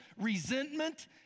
resentment